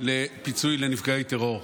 לפיצוי לנפגעי טרור.